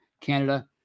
Canada